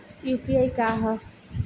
UPI का ह?